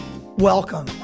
welcome